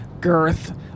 girth